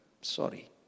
Sorry